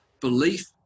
belief